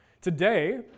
Today